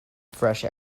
fresh